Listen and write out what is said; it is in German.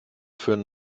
führen